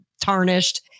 tarnished